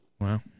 Wow